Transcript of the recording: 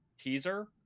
teaser